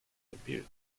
debut